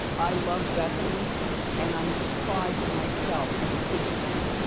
i love bethany and i'm surprised that myself, as a superfan,